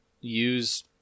use